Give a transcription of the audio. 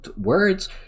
Words